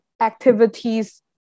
activities